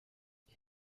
est